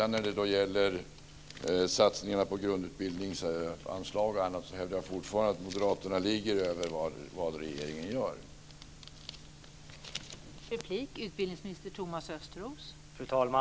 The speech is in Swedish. När det gäller satsningarna på grundutbildningsanslag och annat hävdar jag fortfarande att moderaterna ligger över det regeringen föreslår.